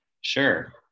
Sure